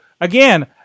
again